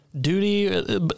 duty